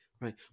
Right